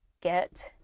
get